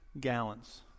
gallons